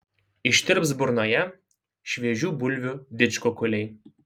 ištirps burnoje šviežių bulvių didžkukuliai